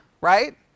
right